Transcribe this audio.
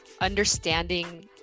understanding